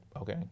Okay